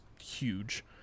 huge